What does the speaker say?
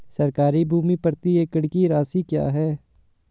सरकारी भूमि प्रति एकड़ की राशि क्या है?